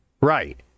Right